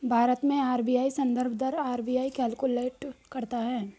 भारत में आर.बी.आई संदर्भ दर आर.बी.आई कैलकुलेट करता है